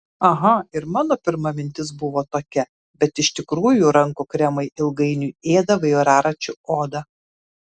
aha ir mano pirma mintis buvo tokia bet iš tikrųjų rankų kremai ilgainiui ėda vairaračių odą